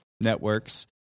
networks